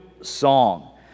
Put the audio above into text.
song